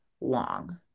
long